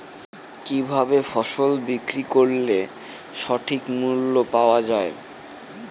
কি ভাবে ফসল বিক্রয় করলে সঠিক মূল্য পাওয়া য়ায়?